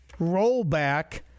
rollback